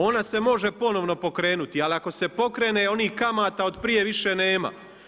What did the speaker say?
Ona se može ponovno pokrenuti ali ako se pokrene onih kamata otprije više nema.